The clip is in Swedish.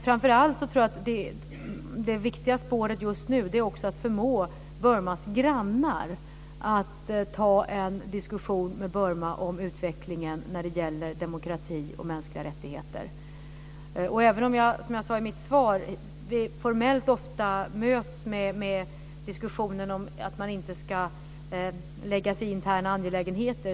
Framför allt tror jag att det viktiga spåret just nu är att förmå Burmas grannar att ta en diskussion med Burma om utveckling av demokrati och mänskliga rättigheter. Som jag sade i mitt svar så möts detta formellt med diskussionen om att man inte ska lägga sig i interna angelägenheter.